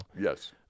Yes